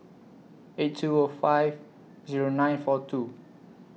eight two O five Zero nine four two